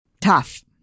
Tough